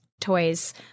toys